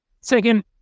second